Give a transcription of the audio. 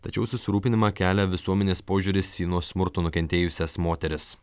tačiau susirūpinimą kelia visuomenės požiūris į nuo smurto nukentėjusias moteris